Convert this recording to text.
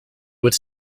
would